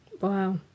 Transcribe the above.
Wow